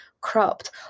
cropped